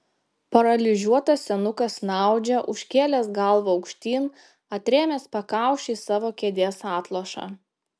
paralyžiuotas senukas snaudžia užkėlęs galvą aukštyn atrėmęs pakauši į savo kėdės atlošą